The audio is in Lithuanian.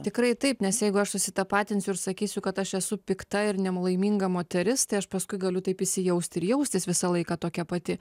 tikrai taip nes jeigu aš susitapatinsiu ir sakysiu kad aš esu pikta ir nelaiminga moteris tai aš paskui galiu taip įsijausti ir jaustis visą laiką tokia pati